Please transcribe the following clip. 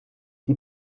die